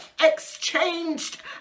exchanged